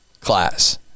class